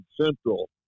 Central